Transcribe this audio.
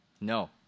No